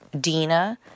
Dina